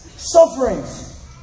Sufferings